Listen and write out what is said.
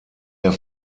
der